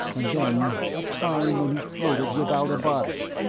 and then a time when he floated without a body,